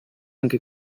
anche